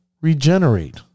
regenerate